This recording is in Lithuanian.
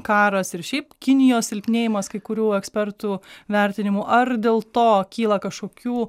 karas ir šiaip kinijos silpnėjimas kai kurių ekspertų vertinimu ar dėl to kyla kažkokių